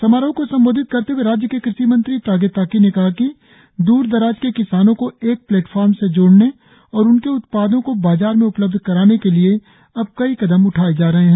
समारोह को संबोधित करते हुए राज्य के कृषि मंत्री तागे ताकी ने कहा कि दूर दराज के किसानों को एक प्लेटफार्म से जोड़ने और उनके उत्पादों को बाजार में उपलब्ध कराने के लिए अब कई कदम उठाए जा रहे है